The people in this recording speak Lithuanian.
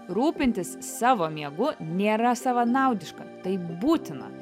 rūpintis savo miegu nėra savanaudiška tai būtina